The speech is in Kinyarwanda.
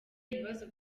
ibibazo